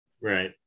right